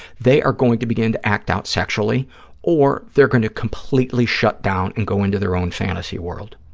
they are going to begin to act out sexually or they're going to completely shut down and go into their own fantasy world.